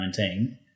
2019